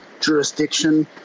jurisdiction